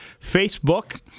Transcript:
Facebook